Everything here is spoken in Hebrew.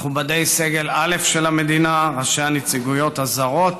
מכובדי סגל א' של המדינה, ראשי הנציגויות הזרות